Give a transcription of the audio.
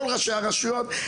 כל ראשי הרשויות,